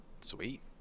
Sweet